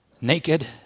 naked